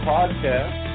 Podcast